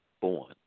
born